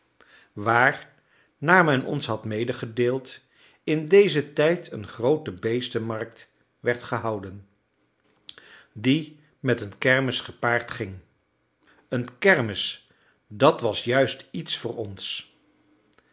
waar naar men ons had medegedeeld in dezen tijd eene groote beestenmarkt werd gehouden die met een kermis gepaard ging een kermis dat was juist iets voor ons